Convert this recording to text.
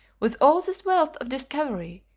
with all this wealth of discovery,